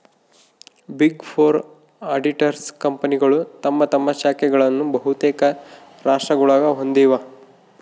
big four auditors ಕಂಪನಿಗಳು ತಮ್ಮ ತಮ್ಮ ಶಾಖೆಗಳನ್ನು ಬಹುತೇಕ ರಾಷ್ಟ್ರಗುಳಾಗ ಹೊಂದಿವ